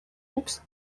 books